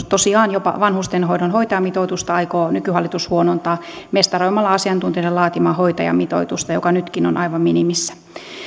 tosiaan jopa vanhustenhoidon hoitajamitoitusta aikoo nykyhallitus huonontaa mestaroimalla asiantuntijoiden laatimaa hoitajamitoitusta joka nytkin on aivan minimissä